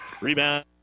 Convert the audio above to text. Rebound